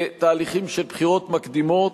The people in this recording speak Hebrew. בתהליכים של בחירות מקדימות,